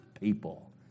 people